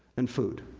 and food.